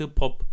pop